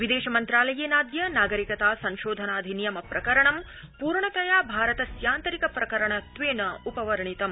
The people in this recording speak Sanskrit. विदेशमन्त्रालयेनाद्य नागरिकता संशोधनाधिनियम प्रकरणम् पूर्णतया भारतस्यान्तरिक प्रकरणत्वेनोपवर्णितम्